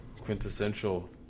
quintessential